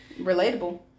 relatable